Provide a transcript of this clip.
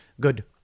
Good